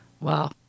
Wow